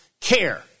care